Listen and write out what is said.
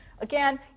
Again